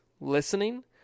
listening